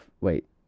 Wait